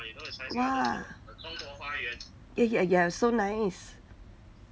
!wah! ya ya ya so nice